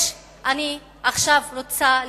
עכשיו אני רוצה להתוודות: